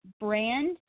brand